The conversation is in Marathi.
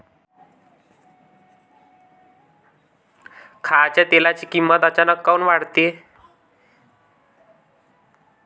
खाच्या तेलाची किमत अचानक काऊन वाढते?